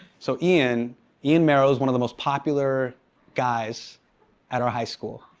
so, ian ian marrow is one of the most popular guys at our high school.